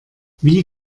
wie